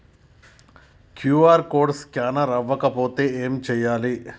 QR code scanner అవ్వకపోతే ఏం చేయాలి?